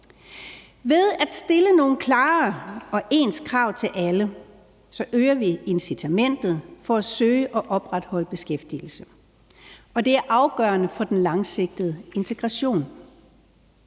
Ved at stille nogle klarere og ens krav til alle, øger vi incitamentet til at søge og opretholde beskæftigelse, og det er afgørende for den langsigtede integration.